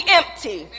empty